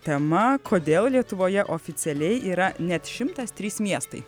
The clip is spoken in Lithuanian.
tema kodėl lietuvoje oficialiai yra net šimtas trys miestai